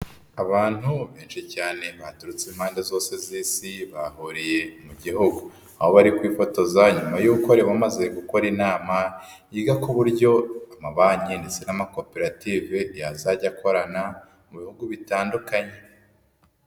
Abantu benshi cyane baturutse impande zose z'isi bahuriye mu gihugu, aho bari kwifotoza nyuma y'uko bamaze gukora inama yiga ku buryo amabanki ndetse n'amakoperative yazajya akorana mu bihugu bitandukanye.